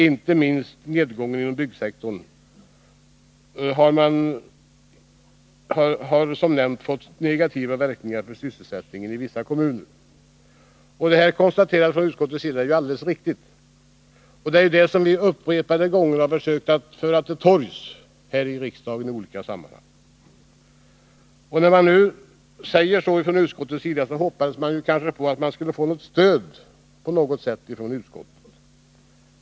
Inte minst nedgången inom byggsektorn har som redan nämnts fått negativa verkningar för sysselsättningen i vissa kommuner i länet.” Detta konstaterande från utskottets sida är alldeles riktigt. Det är detta som vi upprepade gånger försökt föra till torgs i olika sammanhang här i riksdagen. När nu också utskottet sagt detta hoppades vi kanske att vi skulle få något stöd från utskottet.